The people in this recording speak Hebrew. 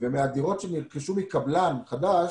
ומהדירות שנרכשו מקבלן, דירות חדשות,